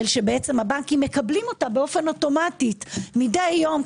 שהבנקים מקבלים אות אוטומטית מדי יום,